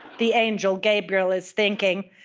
the angel gabriel is thinking.